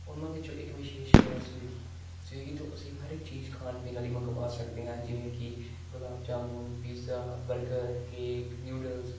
ਉਹਨਾਂ ਵਿੱਚੋਂ ਇੱਕ ਵਿਸ਼ੇਸ਼ ਹੈ ਸਵੀਗੀ ਸਵੀਗੀ ਤੋਂ ਅਸੀਂ ਹਰ ਇੱਕ ਚੀਜ਼ ਖਾਣ ਪੀਣ ਵਾਲੀ ਮੰਗਵਾ ਸਕਦੇ ਹਾਂ ਜਿਵੇਂ ਕਿ gulab jamun pizza burger cake noodles